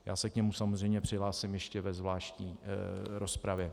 Já se k němu samozřejmě přihlásím ještě ve zvláštní rozpravě.